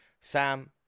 Sam